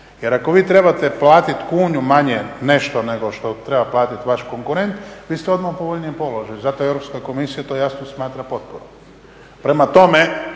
Jer ako vi trebate platiti kunu manje nešto nego što treba platit vaš konkurent, vi ste odmah u povoljnijem položaju. Zato Europska komisija to jasno smatra potporom. Prema tome,